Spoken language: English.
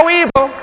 evil